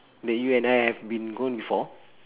that you and I have been gone before